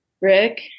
Rick